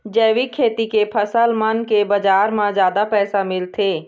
जैविक खेती के फसल मन के बाजार म जादा पैसा मिलथे